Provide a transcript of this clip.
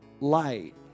light